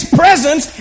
presence